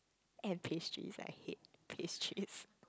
and pastries I hate pastries